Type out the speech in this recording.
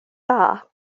dda